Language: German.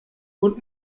und